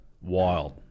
wild